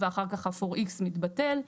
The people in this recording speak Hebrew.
ואחר כך הפוראיקס מתבטל.